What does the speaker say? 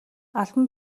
албан